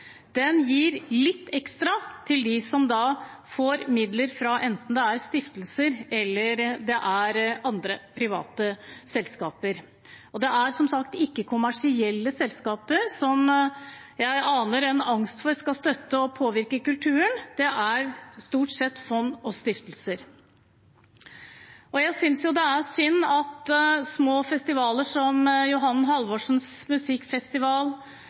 Den gir litt ekstra til dem som får midler fra enten stiftelser eller andre private selskaper. Det er ikke kommersielle selskaper, som jeg aner en angst for at skal støtte og påvirke kulturen, det er stort sett fond og stiftelser. Jeg synes det er synd at små festivaler som